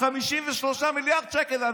53 מיליארד שקלים.